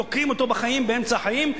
תוקעים אותו באמצע החיים,